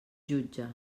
jutge